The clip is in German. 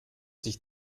sich